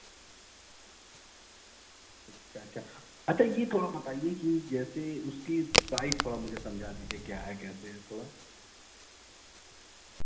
اچھا اچھا اچھا یہ تھوڑا بتائیے کہ جیسے اس کی پرائز تھوڑا مجھے سمجھا دیجیے کیا ہے کیسے ہے تھوڑا